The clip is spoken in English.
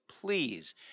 please